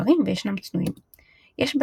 ישנם קטעים בתפילה שאינם